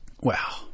Wow